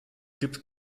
gibt